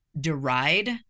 deride